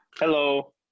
Hello